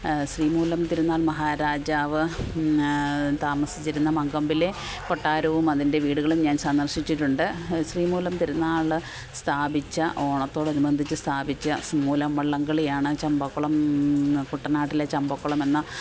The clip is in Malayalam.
ശ്രീ മൂലം തിരുനാള് മഹാരാജാവ് താമസിച്ചിരുന്ന മങ്കൊമ്പിലെ കൊട്ടാരവും അതിന്റെ വീടുകളും ഞാന് സന്ദര്ശിച്ചിട്ടുണ്ട് ശ്രീ മൂലം തിരുനാൾ സ്ഥാപിച്ച ഓണത്തൊട് അനുബന്ധിച്ച് സ്ഥാപിച്ച ശ്രീ മൂലം വളളം കളിയാണ് ചമ്പക്കൊളം കുട്ടനാട്ടിലെ ചമ്പക്കൊളം എന്ന